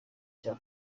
cya